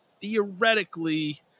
theoretically